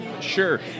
Sure